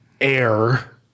air